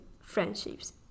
friendships